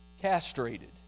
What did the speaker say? Castrated